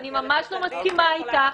אני ממש לא מסכימה איתך.